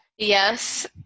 Yes